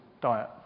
diet